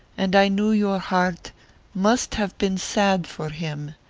and i knew your heart must have been sad for him,